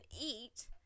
eat